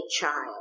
child